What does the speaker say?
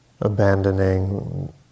Abandoning